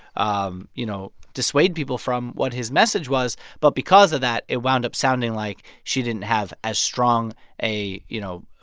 um you know, dissuade people from what his message was. but because of that, it wound up sounding like she didn't have as strong a, you know.